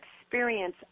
experience